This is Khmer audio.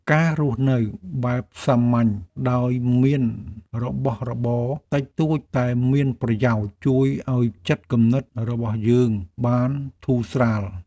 ការរស់នៅបែបសាមញ្ញដោយមានរបស់របរតិចតួចតែមានប្រយោជន៍ជួយឱ្យចិត្តគំនិតរបស់យើងបានធូរស្រាល។